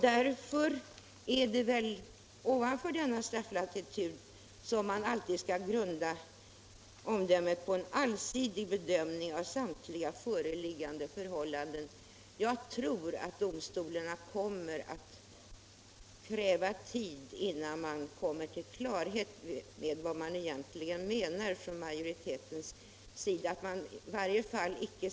Därför är det väl ovanför denna strafflatitud som man skall grunda omdömet när man gör en allsidig bedömning av samtliga föreliggande förhållanden. Jag tror att det kommer att krävas tid innan domstolarna får klart för sig vad majoriteten egentligen menar.